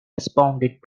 responded